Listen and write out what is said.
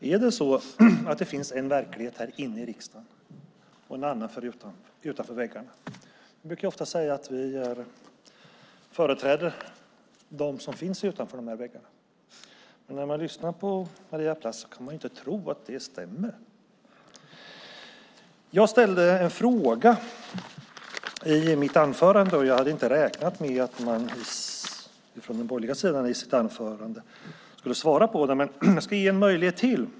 Herr talman! Är det så att det finns en verklighet i riksdagen och en annan utanför väggarna? Vi brukar ofta säga att vi företräder dem som finns utanför dessa väggar. Men när man lyssnar på Maria Plass kan man inte tro att det stämmer. Jag ställde en fråga i mitt anförande, och jag hade inte räknat med att man från den borgerliga sidan skulle svara på frågan. Men jag ska ge en möjlighet till.